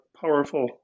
powerful